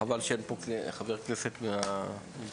חבל שאין פה חבר כנסת מהמגזר.